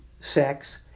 sex